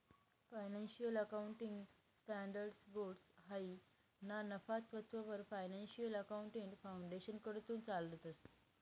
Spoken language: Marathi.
फायनान्शियल अकाउंटिंग स्टँडर्ड्स बोर्ड हायी ना नफा तत्ववर फायनान्शियल अकाउंटिंग फाउंडेशनकडथून चालाडतंस